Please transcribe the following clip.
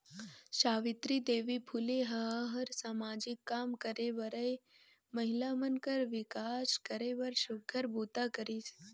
सावित्री देवी फूले ह हर सामाजिक काम करे बरए महिला मन कर विकास करे बर सुग्घर बूता करिस